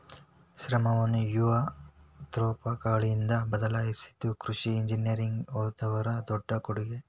ಶ್ರಮವನ್ನಾ ಯಂತ್ರೋಪಕರಣಗಳಿಂದ ಬದಲಾಯಿಸಿದು ಕೃಷಿ ಇಂಜಿನಿಯರಿಂಗ್ ದವರ ದೊಡ್ಡ ಕೊಡುಗೆ